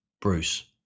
Bruce